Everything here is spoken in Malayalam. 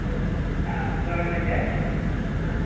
ഓ ആ ഗവൺമെൻറ്റ് അ